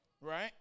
right